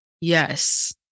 Yes